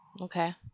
Okay